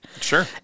Sure